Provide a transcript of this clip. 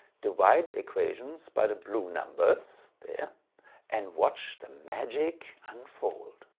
divide the equations by the blue numbers there and watch the magic unfold.